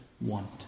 want